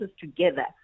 together